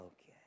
Okay